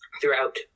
throughout